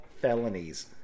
felonies